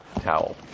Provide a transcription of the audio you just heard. towel